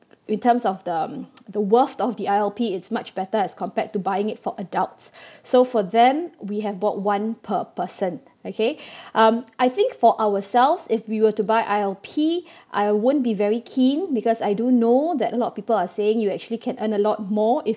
in terms of them the worth of the I_L_P is much better as compared to buying it for adults so for them we have bought one per person okay um I think for ourselves if we were to buy I_L_P I won't be very keen because I do know that a lot of people are saying you actually can earn a lot more if